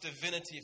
divinity